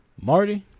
Marty